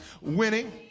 Winning